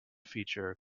feature